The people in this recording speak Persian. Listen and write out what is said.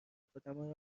خودمان